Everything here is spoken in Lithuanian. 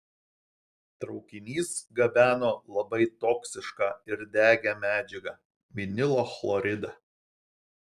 traukinys gabeno labai toksišką ir degią medžiagą vinilo chloridą